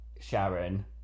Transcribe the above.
Sharon